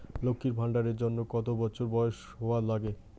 লক্ষী ভান্ডার এর জন্যে কতো বছর বয়স হওয়া লাগে?